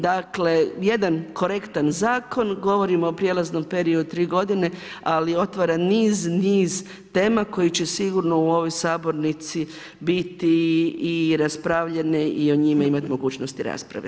Dakle, jedan korektan zakon, govorimo o prelaznom periodu od 3 g. ali otvara niz tema koja će sigurno u ovoj sabornici biti i raspravljeni i o njima imati mogućnosti rasprave.